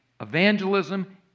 evangelism